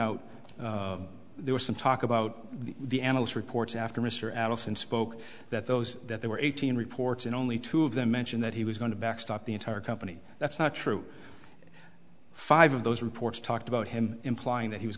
some talk about the analyst reports after mr adelson spoke that those that there were eighteen reports and only two of them mention that he was going to backstop the entire company that's not true five of those reports talked about him implying that he was